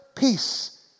Peace